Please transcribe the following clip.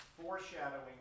foreshadowing